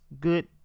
good